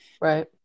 right